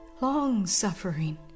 long-suffering